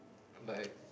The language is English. like